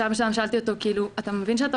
בשלב מסוים שאלתי אותו: אתה מבין שאתה